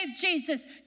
Jesus